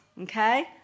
Okay